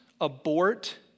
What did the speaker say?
abort